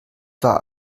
war